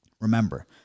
remember